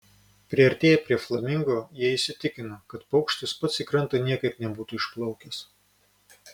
priartėję prie flamingo jie įsitikino kad paukštis pats į krantą niekaip nebūtų išplaukęs